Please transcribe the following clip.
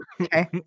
Okay